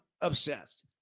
obsessed